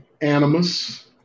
animus